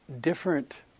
different